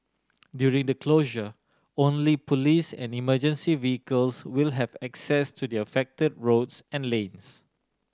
during the closure only police and emergency vehicles will have access to the affected roads and lanes